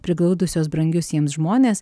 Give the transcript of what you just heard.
priglaudusios brangius jiems žmones